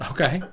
Okay